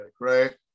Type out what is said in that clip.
right